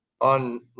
on